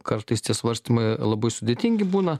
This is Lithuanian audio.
kartais tie svarstymai labai sudėtingi būna